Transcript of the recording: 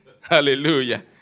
Hallelujah